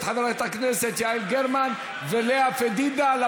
את חברת הכנסת יעל גרמן ואת חברת הכנסת לאה פדידה.